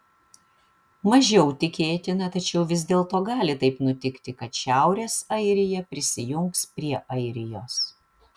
mažiau tikėtina tačiau vis dėlto gali taip nutikti kad šiaurės airija prisijungs prie airijos